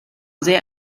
sehr